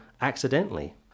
accidentally